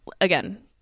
again